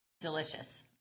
Delicious